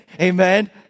amen